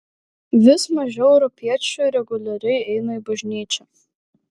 vis mažiau europiečių reguliariai eina į bažnyčią